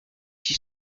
six